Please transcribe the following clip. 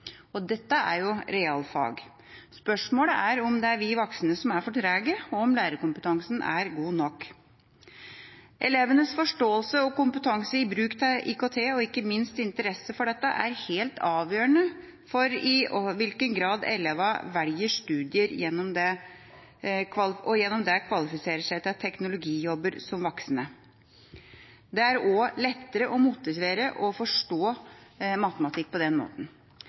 Og dette er jo realfag. Spørsmålet er om det er vi voksne som er for trege, og om lærerkompetansen er god nok. Elevenes forståelse og kompetanse i bruk av IKT, og ikke minst interesse for dette, er helt avgjørende for i hvilken grad de velger studier og gjennom det kvalifiserer seg til teknologijobber som voksne. Det er også lettere å motivere og å forstå matematikk på den måten.